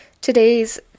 today's